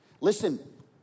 Listen